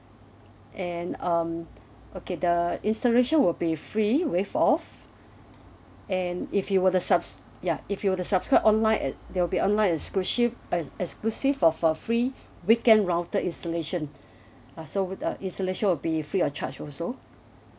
and um okay the installation will be free waived off and if you were to subs~ ya if you were to subscribe online at they'll be online exclushif~ as exclusive of a free weekend router installation uh so with the installation will be free of charge also